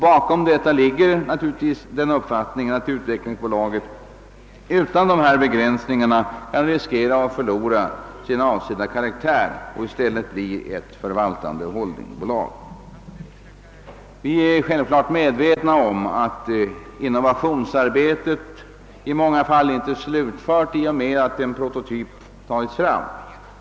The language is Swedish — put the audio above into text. Bakom detta ligger den uppfattningen, att utvecklingsbolaget utan dessa begränsningar riskerar att förlora den avsedda karaktären och i stället blir ett förvaltande holdingbolag. Vi är självfallet medvetna om att innovationsarbetet i många fall inte är slutfört i och med att en prototyp framställts.